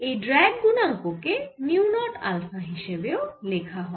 এই ড্র্যাগ গুণাঙ্ক কে মিউ নট আলফা হিসেবেও লেখা হয়